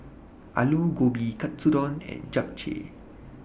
Alu Gobi Katsudon and Japchae